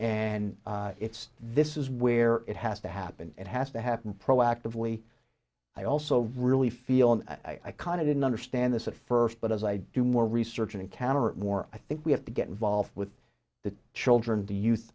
and it's this is where it has to happen it has to happen proactively i also really feel and i kind of didn't understand this at first but as i do more research encounter more i think we have to get involved with the children t